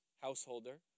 householder